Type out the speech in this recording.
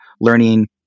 learning